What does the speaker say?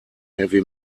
heavy